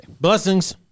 Blessings